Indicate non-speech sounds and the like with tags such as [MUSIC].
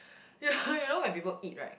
you [LAUGHS] you know when people eat right